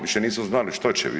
Više nisu znali što će.